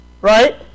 Right